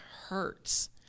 hurts